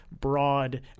broad